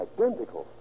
Identical